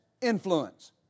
Influence